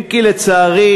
אם כי, לצערי,